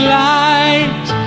light